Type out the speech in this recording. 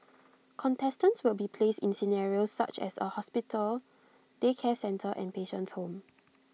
contestants will be placed in scenarios such as A hospital daycare centre and patient's home